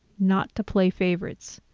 not to play favorites,